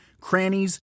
crannies